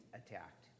attacked